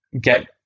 get